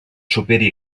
superi